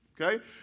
okay